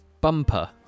Bumper